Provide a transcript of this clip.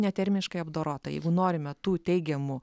ne termiškai apdorota jeigu norime tų teigiamų